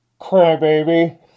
Crybaby